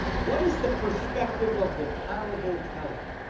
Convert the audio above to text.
what is the perspective of the parable teller?